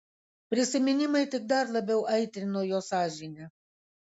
prisiminimai tik dar labiau aitrino jo sąžinę